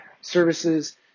services